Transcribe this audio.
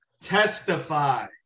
Testify